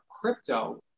crypto